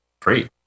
free